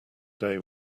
day